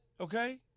okay